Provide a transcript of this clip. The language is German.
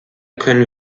können